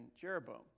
Jeroboam